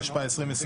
התשפ"א 2021